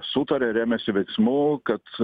sutarė ir ėmėsi veiksmų kad